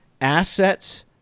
assets